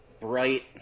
bright